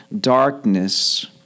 darkness